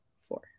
Four